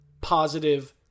positive